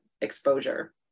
exposure